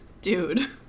Dude